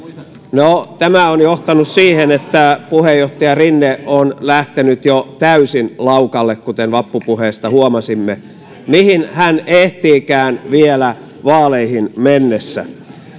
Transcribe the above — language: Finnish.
no tämä on johtanut siihen että puheenjohtaja rinne on lähtenyt jo täysin laukalle kuten vappupuheesta huomasimme mihin hän ehtiikään vielä vaaleihin mennessä